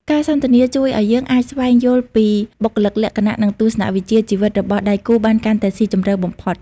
ការសន្ទនាជួយឱ្យយើងអាចស្វែងយល់ពីបុគ្គលិកលក្ខណៈ និងទស្សនវិជ្ជាជីវិតរបស់ដៃគូបានកាន់តែស៊ីជម្រៅបំផុត។